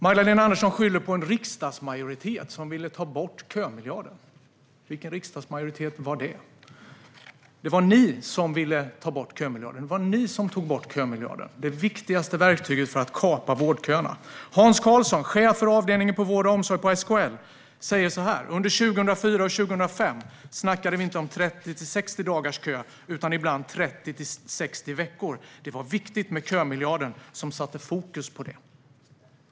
Magdalena Andersson skyller på en riksdagsmajoritet som ville ta bort kömiljarden. Vilken riksdagsmajoritet var det? Det var ni som ville ta bort kömiljarden, och det var ni som tog bort kömiljarden - det viktigaste verktyget för att kapa vårdköerna. Hans Karlsson, chef för avdelningen för vård och omsorg på SKL, säger följande: "Under 2004 och 2005 snackade vi inte om 30-60 dagars kö utan ibland 30-60 veckor. Det var viktigt med kömiljarden som satte fokus på det."